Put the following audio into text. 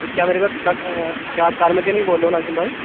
کیا میری بات کار کیا آپ کار مکینک بول رہے ہو ناظم بھائی